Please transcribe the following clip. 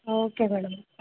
okay madam